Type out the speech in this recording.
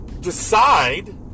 decide